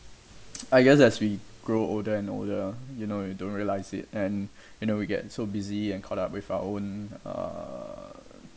I guess as grow older and older you know you don't realise it and you know we get so busy and caught up with our own uh